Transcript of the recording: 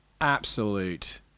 absolute